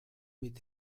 mit